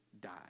die